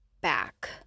back